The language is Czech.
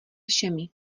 všemi